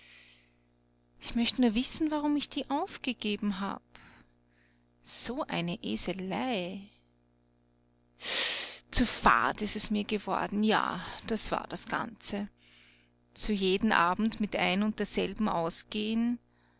ich möcht nur wissen warum ich die aufgegeben hab so eine eselei zu fad ist es mir geworden ja das war das ganze so jeden abend mit ein und derselben ausgeh'n